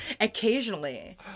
occasionally